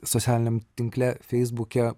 socialiniam tinkle feisbuke